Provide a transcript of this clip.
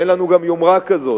ואין לנו גם יומרה כזאת.